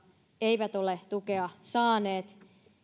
eivät ole tukea saaneet